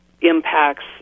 impacts